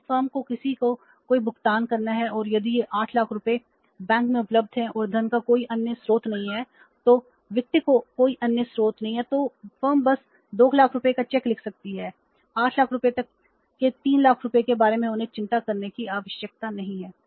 यदि फर्म को किसी को कोई भुगतान करना है और यदि यह 8 लाख रुपये बैंक में उपलब्ध है और धन का कोई अन्य स्रोत नहीं है तो वित्त का कोई अन्य स्रोत नहीं है तो फर्म बस 2 लाख रुपये का चेक लिख सकती है 8 लाख रुपये तक के 3 लाख रुपये के बारे में उन्हें चिंता करने की आवश्यकता नहीं है